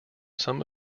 some